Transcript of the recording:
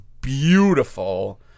beautiful